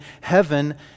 heaven